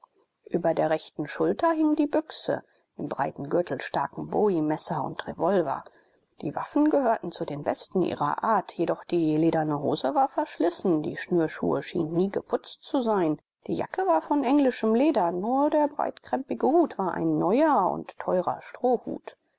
über der rechten schulter hing die büchse im breiten gürtel staken bowiemesser und revolver die waffen gehörten zu den besten ihrer art jedoch die lederne hose war verschlissen die schnürschuhe schienen nie geputzt zu sein die jacke war von englischem leder nur der breitkrempige hut war ein neuer und teurer strohhut